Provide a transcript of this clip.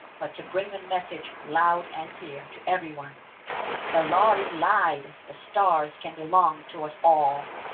but to bring the message, loud and clear, to everyone the lhari lied! the stars can belong to us all!